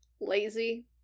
lazy